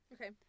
Okay